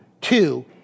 Two